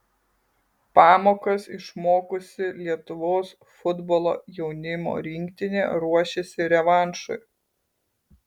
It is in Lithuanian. pamokas išmokusi lietuvos futbolo jaunimo rinktinė ruošiasi revanšui